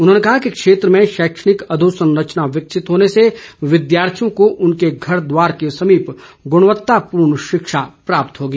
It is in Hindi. उन्होंने कहा कि क्षेत्र में शैक्षणिक अधोसंरचना विकसित होने से विद्यार्थियों को उनके घर द्वार के समीप गुणवत्तापूर्ण शिक्षा प्राप्त होगी